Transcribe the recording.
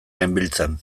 genbiltzan